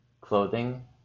clothing